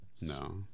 no